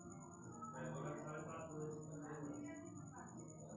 कृषि प्रदूषण से जीव जन्तु पर प्रभाव भी पड़ी रहलो छै